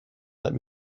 let